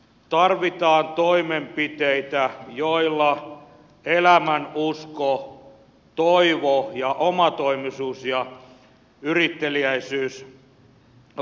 tarvitaan toimenpiteitä joilla elämänusko toivo ja omatoimisuus ja yritteliäisyys vahvistuvat